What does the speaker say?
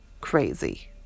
crazy